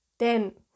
denn